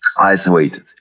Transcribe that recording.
isolated